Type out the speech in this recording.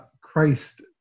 Christ